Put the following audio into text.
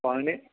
अंजी